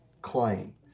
claim